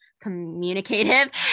communicative